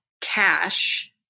cash